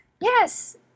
Yes